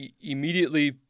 immediately